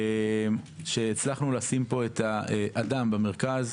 שהצלחנו לשים פה את האדם במרכז,